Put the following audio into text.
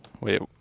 Wait